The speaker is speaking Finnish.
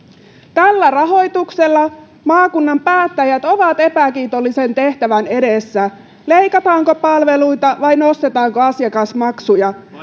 tällä rahoituksella maakunnan päättäjät ovat epäkiitollisen tehtävän edessä leikataanko palveluita vai nostetaanko asiakasmaksuja